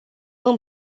îmi